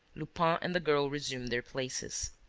lupin and the girl resumed their places.